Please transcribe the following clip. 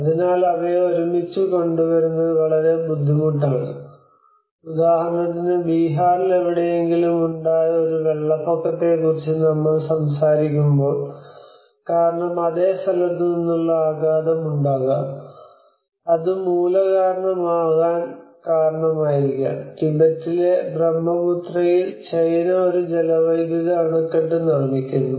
അതിനാൽ അവയെ ഒരുമിച്ച് കൊണ്ടുവരുന്നത് വളരെ ബുദ്ധിമുട്ടാണ് ഉദാഹരണത്തിന് ബീഹാറിലെവിടെയെങ്കിലും ഉണ്ടായ ഒരു വെള്ളപ്പൊക്കത്തെക്കുറിച്ച് നമ്മൾ സംസാരിക്കുമ്പോൾ കാരണം അതേ സ്ഥലത്തുനിന്നുള്ള ആഘാതം ഉണ്ടാകാം അത് മൂലകാരണമാകാൻ കാരണമായിരിക്കാം ടിബറ്റിലെ ബ്രഹ്മപുത്രയിൽ ചൈന ഒരു ജലവൈദ്യുത അണക്കെട്ട് നിർമ്മിക്കുന്നു